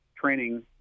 training